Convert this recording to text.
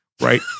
right